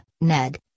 Ned